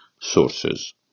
sources